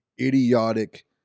idiotic